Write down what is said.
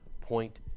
point